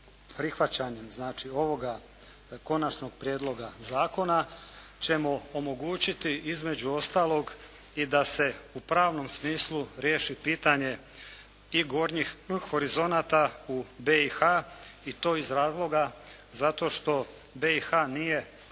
prihvaćanjem znači ovoga Konačnog prijedloga zakona ćemo omogućiti između ostalog i da se u pravnom smislu riješi pitanje i gornjih horizonata u BiH i to iz razloga zato što BiH nije